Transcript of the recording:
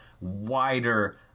wider